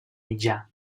mitjà